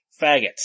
faggots